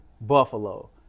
Buffalo